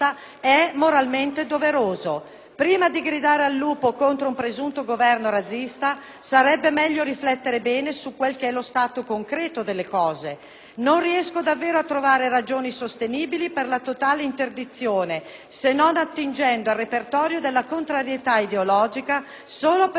Prima di gridare al lupo contro un presunto governo razzista, sarebbe meglio riflettere bene su quel che è lo stato concreto delle cose. Non riesco davvero a trovare ragioni sostenibili per la totale interdizione, se non attingendo al repertorio della contrarietà ideologica, solo per creare ostacoli all'avversario.